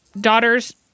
daughter's